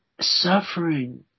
Suffering